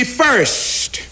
first